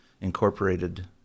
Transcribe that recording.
incorporated